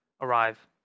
arrive